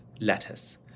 letters